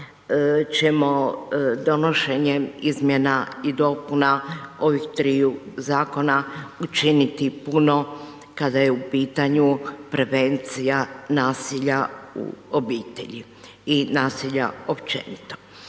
ćemo donošenjem izmjena i dopuna ovih triju zakona učiniti puno kada je u pitanju prevencija nasilja u obitelji i nasilja općenito.